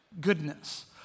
goodness